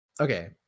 Okay